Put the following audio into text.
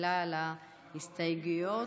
תחילה להסתייגויות.